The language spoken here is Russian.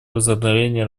возобновление